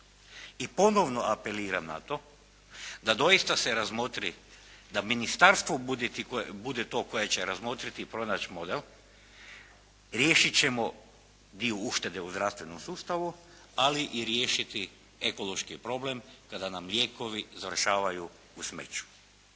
I ponovno apeliram na to da doista se razmotri da ministarstvo bude to koje će razmotriti i pronaći model, riješit ćemo dio uštede u zdravstvenom sustavu ali i riješiti ekološki problem kada nam lijekovi završavaju u smeću.